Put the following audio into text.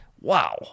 Wow